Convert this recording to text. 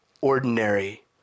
ordinary